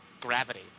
gravity